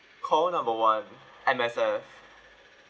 call number one M_S_F